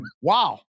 wow